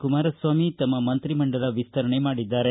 ಕುಮಾರಸ್ವಾಮಿ ತಮ್ಮ ಮಂತ್ರಿಮಂಡಲ ವಿಸ್ತರಣೆ ಮಾಡಿದ್ದಾರೆ